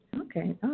Okay